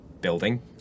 building